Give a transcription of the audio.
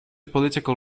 political